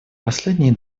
последние